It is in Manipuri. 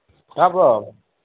ꯇꯥꯕ꯭ꯔꯣ